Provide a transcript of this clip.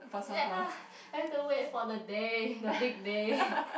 ya I have to wait for the day the big day